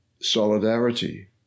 solidarity